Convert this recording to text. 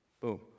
boom